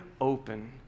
open